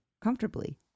comfortably